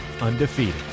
Undefeated